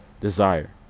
desire